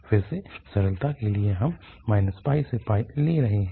फिर से सरलता के लिए हम ले रहे हैं